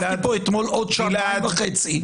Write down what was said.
ישבתי כאן אתמול עוד שעתיים וחצי,